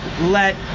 let